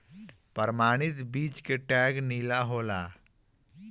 प्रमाणित बीज के टैग नीला होला